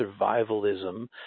survivalism